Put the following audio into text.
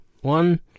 One